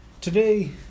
Today